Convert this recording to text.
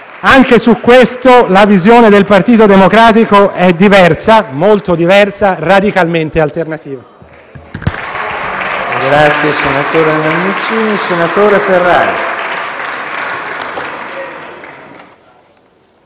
Anche su questo, la visione del Partito Democratico è molto diversa, radicalmente alternativa.